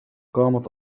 قامت